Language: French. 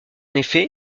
effet